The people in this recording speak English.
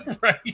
Right